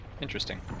Interesting